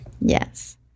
Yes